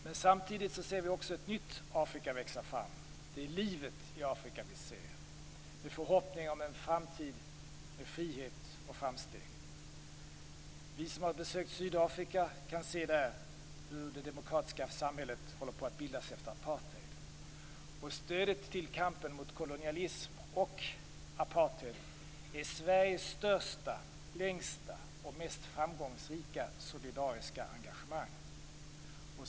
Men samtidigt ser vi också ett nytt Afrika växa fram. Det är livet i Afrika vi ser med förhoppningar om en framtid med frihet och framsteg. Vi som har besökt Sydafrika har där sett hur det demokratiska samhället håller på att bildas efter apartheid. Stödet till kampen mot kolonialism och apartheid är Sveriges största, längsta och mest framgångsrika solidariska engagemang.